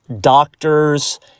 doctors